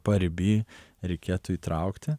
pariby reikėtų įtraukti